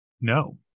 no